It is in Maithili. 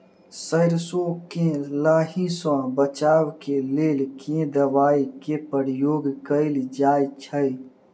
सैरसो केँ लाही सऽ बचाब केँ लेल केँ दवाई केँ प्रयोग कैल जाएँ छैय?